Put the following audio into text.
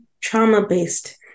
trauma-based